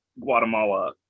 Guatemala